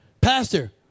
Pastor